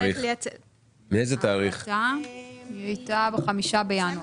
היא נתקבלה ב-5 בינואר.